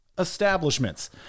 Establishments